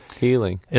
healing